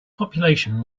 population